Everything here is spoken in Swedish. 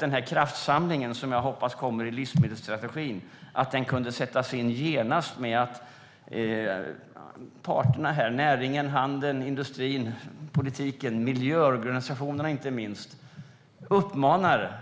Den kraftsamling som jag hoppas kommer i livsmedelsstrategin kunde sättas in genast genom att partnerna, näringen, handeln, industrin, politiken och inte minst miljöorganisationerna uppmanar